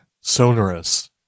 Sonorous